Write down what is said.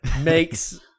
makes